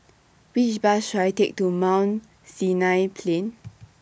Which Bus should I Take to Mount Sinai Plain